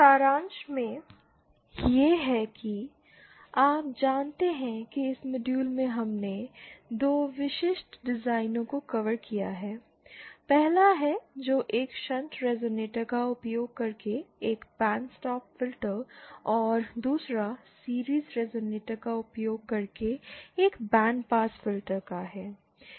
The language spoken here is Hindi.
सारांश में यह है कि आप जानते हैं कि इस मॉड्यूल में हमने 2 विशिष्ट डिजाइनों को कवर किया है पहला है जो एक शंट रेज़ोनेटर का उपयोग करके एक बैंड स्टॉप फिल्टर और दूसरा सीरिज़ रेज़ोनेटर का उपयोग करके एक बैंड पास फिल्टर का है